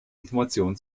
informationen